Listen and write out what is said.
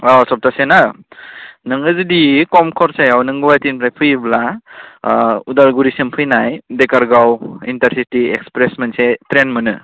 औ सप्तासे न' नोङो जुदि कम खरसायाव नों गुवाहाटिनिफ्राय फैयोब्ला अदालगुरिसिम फैनाय डेकारगाव इन्टारसिटि एक्प्रेस मोनसे ट्रेन मोनो